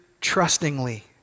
trustingly